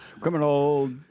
Criminal